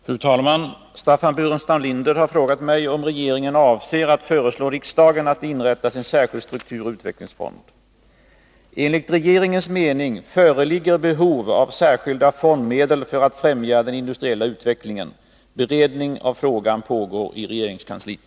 Fru talman! Staffan Burenstam Linder har frågat mig om regeringen avser att föreslå riksdagen att det inrättas en särskild strukturoch utvecklingsfond. Enligt regeringens mening föreligger behov av särskilda fondmedel för att främja den industriella utvecklingen. Beredning av frågan pågår i regeringskansliet.